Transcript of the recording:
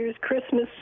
Christmas